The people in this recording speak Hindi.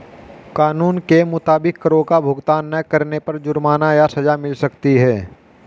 कानून के मुताबिक, करो का भुगतान ना करने पर जुर्माना या सज़ा मिल सकती है